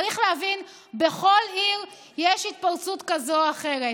צריך להבין שבכל עיר יש התפרצות כזאת או אחרת.